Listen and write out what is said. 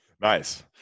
Nice